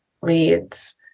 reads